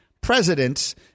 presidents